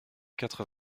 quatre